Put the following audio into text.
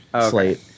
slate